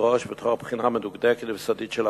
ראש ותוך בחינה מדוקדקת ויסודית של הבקשה.